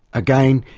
again,